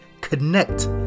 connect